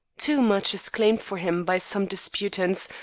too much is claimed for him by some disputants,